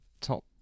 top